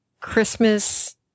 Christmas